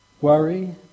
Worry